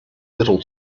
little